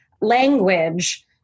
language